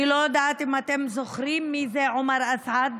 אני לא יודעת אם אתם זוכרים מי זה עומר אסעד